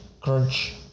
crunch